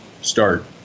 start